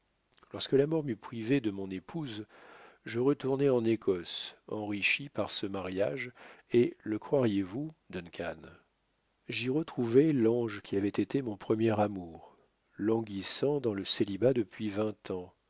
lorsque la mort m'eut privé de mon épouse je retournai en écosse enrichi par ce mariage et le croiriez-vous duncan j'y retrouvai l'ange qui avait été mon premier amour languissant dans le célibat depuis vingt ans